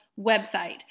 website